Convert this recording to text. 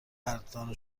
قدردان